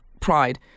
pride